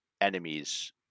enemies